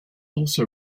also